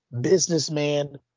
businessman